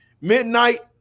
midnight